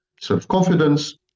self-confidence